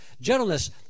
gentleness